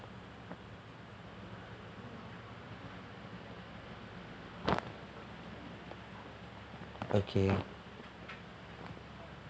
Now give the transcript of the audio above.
okay